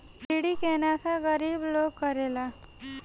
बीड़ी के नशा गरीब लोग करेला